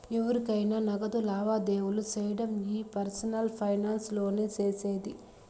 ఎవురికైనా నగదు లావాదేవీలు సేయడం ఈ పర్సనల్ ఫైనాన్స్ లోనే సేసేది